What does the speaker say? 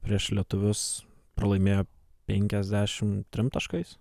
prieš lietuvius pralaimėjo penkiasdešimt trim taškais